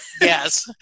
Yes